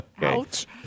Ouch